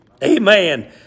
Amen